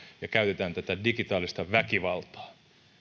ja käytetään tätä digitaalista väkivaltaa